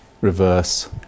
reverse